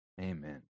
amen